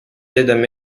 aidaient